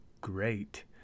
great